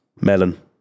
Melon